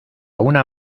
una